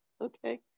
Okay